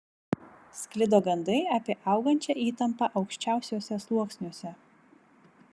sklido gandai apie augančią įtampą aukščiausiuose sluoksniuose